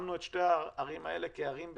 שמנו את שתי הערים האלה כערים בסיכון.